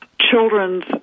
children's